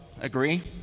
Agree